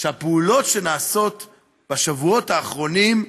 שהפעולות שנעשות בשבועות האחרונים,